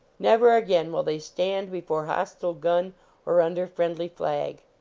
never again will they stand before hostile gun or under friendly flag.